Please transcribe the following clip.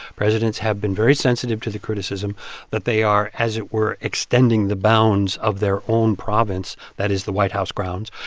presidents have been very sensitive to the criticism that they are, as it were, extending the bounds of their own province that is, the white house grounds.